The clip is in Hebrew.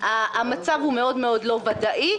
המצב הוא מאוד לא ודאי.